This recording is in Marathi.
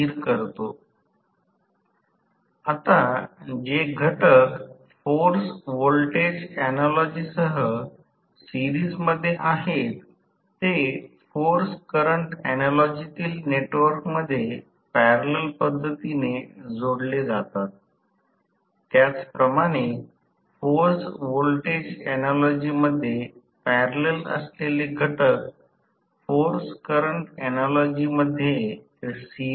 तर इलेक्ट्रोमॅग्नेटिक टॉर्क विकसित केले आणि दिले असल्यास ते दिले असल्यास ते ω 1 S ω S दोन्हे बाजूंनी t ने गुणाकार करते याचा अर्थ असा की ω T 1 S ω S T कडे परत गेला तर स्टेटर रोटर वरील आकृती जेथे f 1 f 2 fr आणि टॉर्क टॉर्क ची प्रत्येक गोष्ट दिशेने दर्शविली जाते